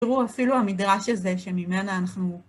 תראו אפילו המדרש הזה שממנה אנחנו...